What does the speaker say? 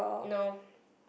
no